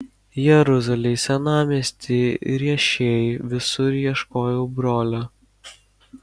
jeruzalėj senamiesty riešėj visur ieškojau brolio